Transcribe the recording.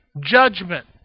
judgment